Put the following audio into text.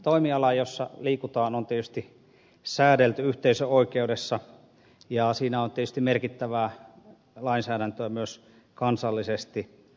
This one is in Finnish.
toimiala jossa liikutaan on tietysti säädelty yhteisöoikeudessa ja siinä on tietysti merkittävää lainsäädäntöä myös kansallisesti